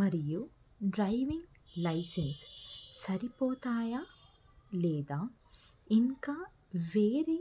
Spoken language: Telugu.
మరియు డ్రైవింగ్ లైసెన్స్ సరిపోతాయా లేదా ఇంకా వేరే